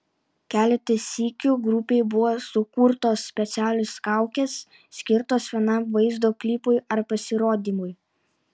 keletą sykių grupei buvo sukurtos specialios kaukės skirtos vienam vaizdo klipui ar pasirodymui